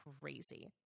crazy